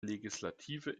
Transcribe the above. legislative